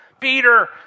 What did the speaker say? peter